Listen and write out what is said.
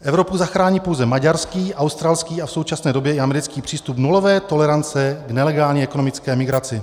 Evropu zachrání pouze maďarský, australský a v současné době i americký přístup nulové tolerance k nelegální ekonomické migraci.